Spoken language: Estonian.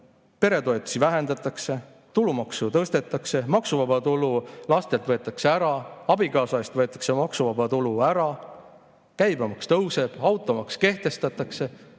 peretoetusi vähendatakse, tulumaksu tõstetakse, maksuvaba tulu võetakse lastelt ära, abikaasa eest võetakse maksuvaba tulu ära, käibemaks tõuseb, automaks kehtestatakse.